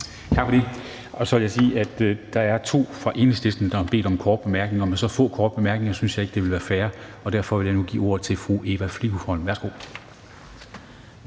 Tak for det. Så vil jeg sige, at der er to fra Enhedslisten, der har bedt om en kort bemærkning. Med så få korte bemærkninger synes jeg ikke, at det vil være fair, og derfor vil jeg nu give ordet til fru Eva Flyvholm. Værsgo.